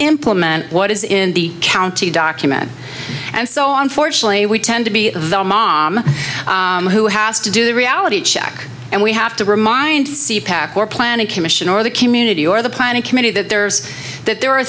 implement what is in the county document and so on fortunately we tend to be the mom who has to do a reality check and we have to remind sea pack or plan a commission or the community or the planning committee that there's that there are